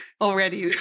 already